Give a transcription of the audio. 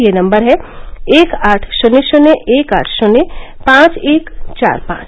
यह नम्बर है एक आठ शून्य शून्य एक आठ शून्य पांच एक चार पांच